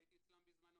הייתי אצלם בזמנו,